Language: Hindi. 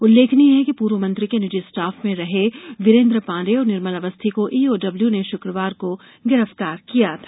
उल्लेखनीय है कि पूर्व मंत्री के निजी स्टाफ में रहे वीरेंद्र पांडे और निर्मल अवस्थी को ईओडब्ल्यू ने शुक्रवार को गिरफ्तार किया था